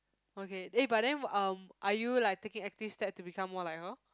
okay eh but then um are you like taking active step that to become more like her